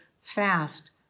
fast